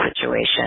situation